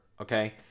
okay